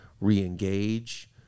re-engage